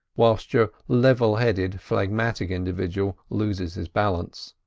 whilst your level-headed phlegmatic individual loses his balance.